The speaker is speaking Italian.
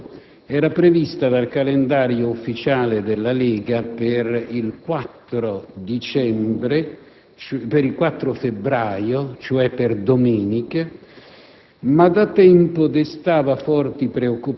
La partita Catania-Palermo era prevista dal calendario ufficiale della Lega calcio per il 4 febbraio, cioè domenica